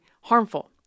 harmful